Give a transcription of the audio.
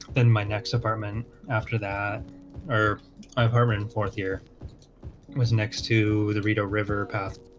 then my next apartment after that or i harmon fourth year was next to the rideau river path.